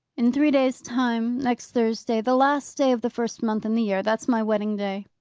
in three days' time. next thursday. the last day of the first month in the year. that's my wedding-day,